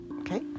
Okay